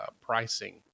pricing